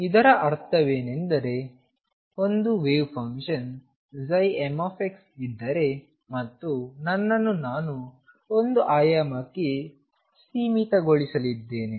ಇದರ ಅರ್ಥವೇನೆಂದರೆ ಒಂದು ವೇವ್ ಫಂಕ್ಷನ್ m ಇದ್ದರೆ ಮತ್ತು ನನ್ನನ್ನು ನಾನು ಒಂದು ಆಯಾಮಕ್ಕೆ ಸೀಮಿತಗೊಳಿಸಲಿದ್ದೇನೆ